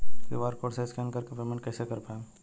QR code से scan कर के पेमेंट कइसे कर पाएम?